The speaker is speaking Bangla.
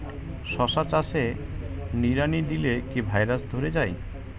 শশা চাষে নিড়ানি দিলে কি ভাইরাস ধরে যায়?